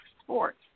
sports